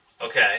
Okay